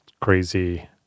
crazy